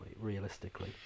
realistically